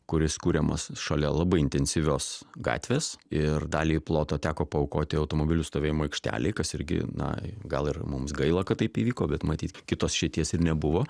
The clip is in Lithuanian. kuris kuriamas šalia labai intensyvios gatvės ir dalį ploto teko paaukoti automobilių stovėjimo aikštelei kas irgi na gal ir mums gaila kad taip įvyko bet matyt kitos išeities nebuvo